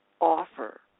offer